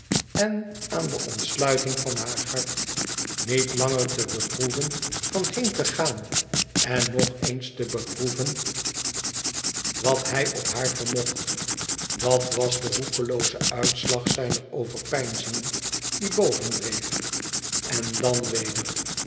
en aan de ontsluiting van haar hart niet anger te beproeven van heen te gaan en nog eens te beproeven wat hij op haar vennocht dat was de roekelooze uitslag zijner overpeinzingen die bovendreef en dan weder